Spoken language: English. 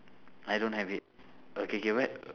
I don't have it okay K where